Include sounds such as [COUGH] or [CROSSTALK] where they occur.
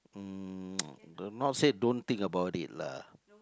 mm [NOISE] not say don't think about it lah